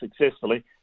successfully